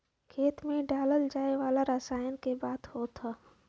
खेत मे डालल जाए वाला रसायन क बात होत हौ